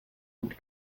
und